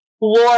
War